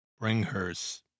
Bringhurst